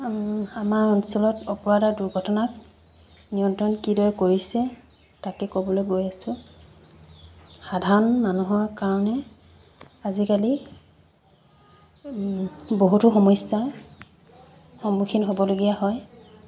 আমাৰ অঞ্চলত অপৰাধ আৰু দুৰ্ঘটনাক নিয়ন্ত্ৰণ কিদৰে কৰিছে তাকে ক'বলৈ গৈ আছোঁ সাধাৰণ মানুহৰ কাৰণে আজিকালি বহুতো সমস্যাৰ সন্মুখীন হ'বলগীয়া হয়